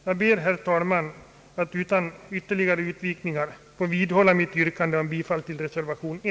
Jag ber, herr talman, att utan ytterligare utvikningar få vidhålla mitt yrkande om bifall till reservation I.